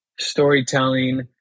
storytelling